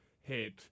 hit